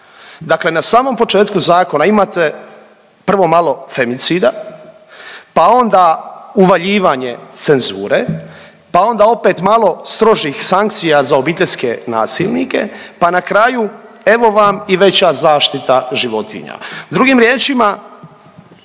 Dakle na samom početku zakona imate prvo malo femicida pa onda uvaljivanje cenzure pa onda opet malo strožih sankcija za obiteljske nasilnike pa na kraju evo vam i veća zaštita životinja.